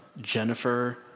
Jennifer